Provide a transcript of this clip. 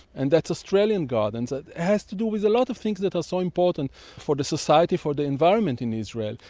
and the australian garden so has to do with a lot of things that are so important for the society, for the environment in israel,